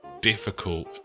difficult